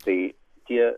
tai tie